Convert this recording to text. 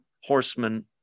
horsemen